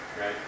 right